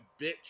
bitch